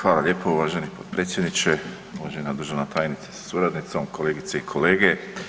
Hvala lijepo uvaženi potpredsjedniče, uvažena državna tajnice sa suradnicom, kolegice i kolege.